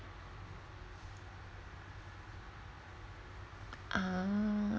ah